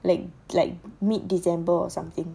like like mid december or something